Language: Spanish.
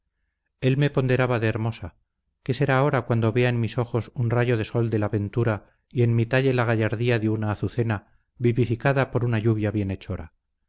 él me ponderaba de hermosa qué será ahora cuando vea en mis ojos un rayo de sol de la ventura y en mi talle la gallardía de una azucena vivificada por una lluvia